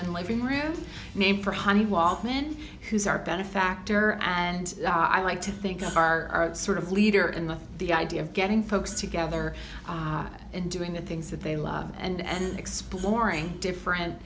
the living room name for honey waltman who's our benefactor and i like to think of our sort of leader in the the idea of getting folks together and doing the things that they love and exploring different